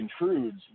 intrudes